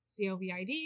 COVID